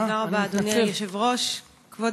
חברת